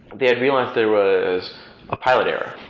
they had realized there was a pilot error.